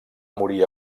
morir